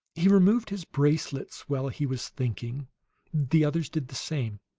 he removed his bracelets while he was thinking the others did the same.